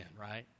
right